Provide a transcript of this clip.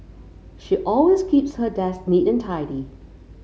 she always keeps her desk neat and tidy